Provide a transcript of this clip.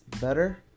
better